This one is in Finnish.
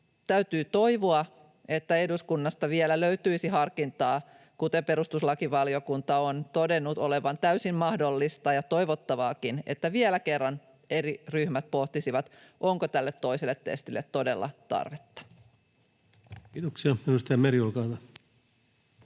Täytyy toivoa, että eduskunnasta löytyisi harkintaa — ja kuten perustuslakivaliokunta on todennut olevan täysin mahdollista ja toivottavaakin — että vielä kerran eri ryhmät pohtisivat, onko tälle toiselle testille todella tarvetta. [Speech 84] Speaker: Ensimmäinen